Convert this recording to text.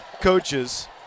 coaches